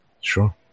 Sure